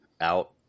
out